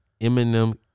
Eminem